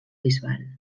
bisbal